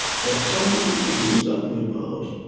that's something you can do something about.